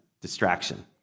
distraction